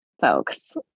folks